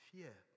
Fear